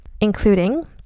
including